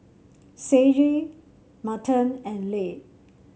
Sage Merton and Layne